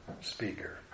speaker